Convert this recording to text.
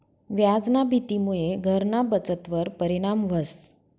व्याजना भीतीमुये घरना बचतवर परिणाम व्हस